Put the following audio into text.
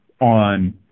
on